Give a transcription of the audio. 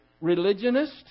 religionist